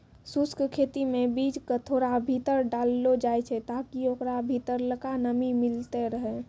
शुष्क खेती मे बीज क थोड़ा भीतर डाललो जाय छै ताकि ओकरा भीतरलका नमी मिलतै रहे